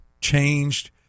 changed